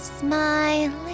Smiling